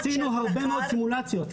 עשינו הרבה מאוד סימולציות.